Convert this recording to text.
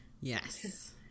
Yes